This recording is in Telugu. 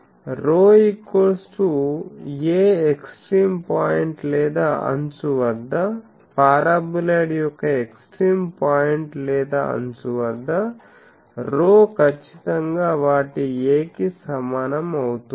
ρ a ఎక్స్ట్రీమ్ పాయింట్ లేదా అంచు వద్దపారాబొలాయిడ్ యొక్క ఎక్స్ట్రీమ్ పాయింట్ లేదా అంచు వద్ద ρ ఖచ్చితంగా వాటి a కి సమానం అవుతుంది